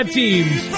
teams